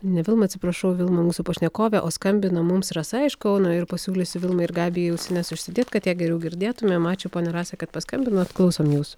ne vilma atsiprašau vilma mūsų pašnekovė o skambina mums rasa iš kauno ir pasiūlysiu vilmai ir gabijai ausines užsidėt kad ją geriau girdėtumėm ačiū ponia rasa kad paskambinot klausom jūsų